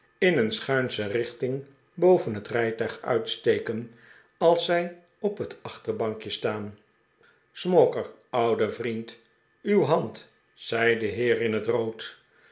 in een schuinsche richting boven het rijtuig uitsteken als zij op het achterbankje staan smauker oude vriend uw hand zei de heer in het rood